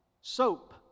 soap